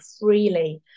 freely